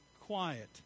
quiet